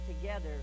together